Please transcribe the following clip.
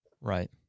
right